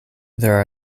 there